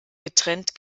getrennt